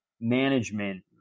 management